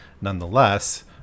nonetheless